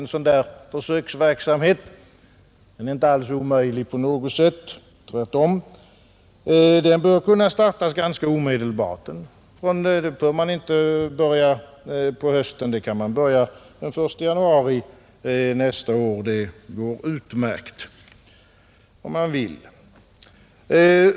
En sådan försöksverksamhet är inte omöjlig på något sätt, tvärtom. Den bör kunna startas ganska omedelbart, och man behöver inte börja den på hösten; den kan man börja den 1 januari nästa år. Det går utmärkt, om man vill.